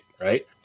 right